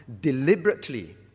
deliberately